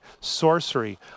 sorcery